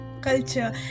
culture